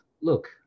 look